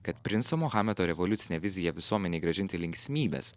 kad princo mohamedo revoliucinė vizija visuomenei grąžinti linksmybes